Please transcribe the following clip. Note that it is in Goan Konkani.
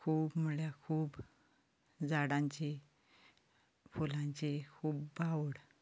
खूब म्हणल्यार खूब झाडांची फुलांची खूब आवड